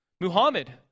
Muhammad